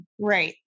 right